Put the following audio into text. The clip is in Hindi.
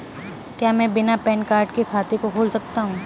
क्या मैं बिना पैन कार्ड के खाते को खोल सकता हूँ?